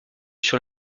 sur